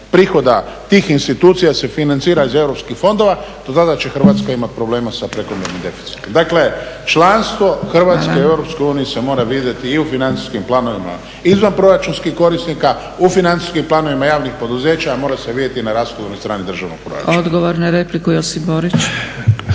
prihoda tih institucija se financira iz EU fondova do tada će Hrvatska imati problema sa prekomjernim deficitom. Dakle, članstvo Hrvatske u EU se mora vidjeti i u financijskim planovima izvanproračunskih korisnika, u financijskim planovima javnih poduzeća mora se vidjeti na rashodovnoj strani državnog proračuna.